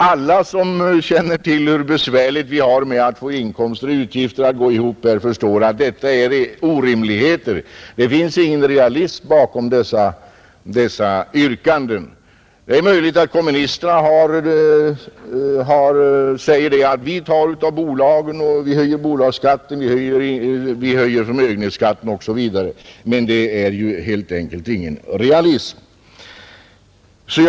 Alla som känner till hur besvärligt vi har med att få inkomster och utgifter att gå ihop förstår att detta är orimligheter. Det finns ingen realism bakom dessa yrkanden. Det är möjligt att kommunisterna säger att vi tar av bolagen, vi höjer bolagsskatten och förmögenhetsskatten osv., men det är som sagt var helt enkelt inte realistiskt.